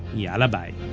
yalla bye